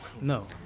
No